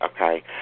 okay